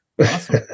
Awesome